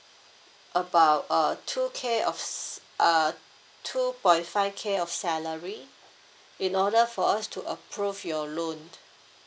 about err two K of s~ uh two point five K of salary in order for us to approve your loan